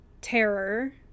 terror